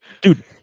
dude